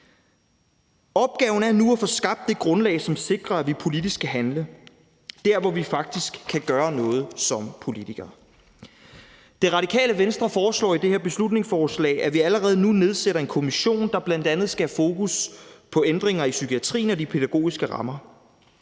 Opgaven er nu at få skabt det grundlag, som sikrer, at vi politisk kan handle der, hvor vi faktisk kan gøre noget som politikere. Det Radikale Venstre foreslår i det her beslutningsforslag, at vi allerede nu nedsætter en kommission, der bl.a. skal have fokus på ændringer i psykiatrien og de pædagogiske rammer.